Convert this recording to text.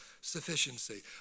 sufficiency